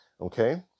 Okay